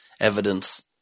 evidence